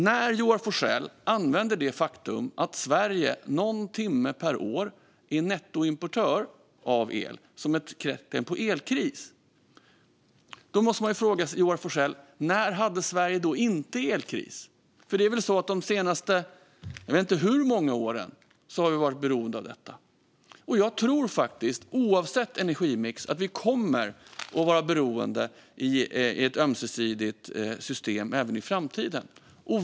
När Joar Forssell använder det faktum att Sverige någon timme per år är nettoimportör av el som ett tecken på elkris, då måste man fråga sig när Sverige inte hade elkris. Det är väl så att vi har varit beroende av detta jag vet inte hur många år, och jag tror faktiskt att vi oavsett energimix kommer att vara beroende i ett ömsesidigt system även i framtiden.